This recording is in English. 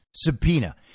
Subpoena